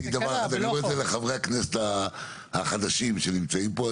למדתי דבר אחד אני אומר את זה לחברי הכנסת החדשים שנמצאים פה,